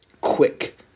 quick